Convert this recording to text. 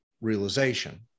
realization